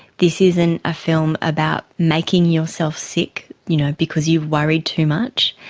this isn't a film about making yourself sick you know because you've worried too much,